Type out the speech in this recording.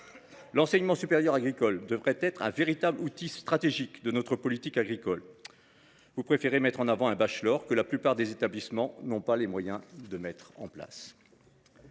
L’enseignement supérieur agricole devrait être un véritable outil stratégique de notre politique agricole. Vous préférez promouvoir un bachelor que la plupart des établissements n’ont pas les moyens de mettre en place.